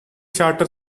charter